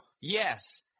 Yes